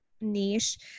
niche